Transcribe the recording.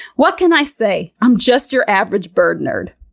what can i say? i'm just your average bird nerd.